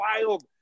wild